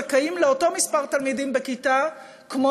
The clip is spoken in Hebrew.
זכאים לאותו מספר תלמידים בכיתה כמו